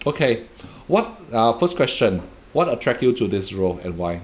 okay what uh first question what attract you to this role and why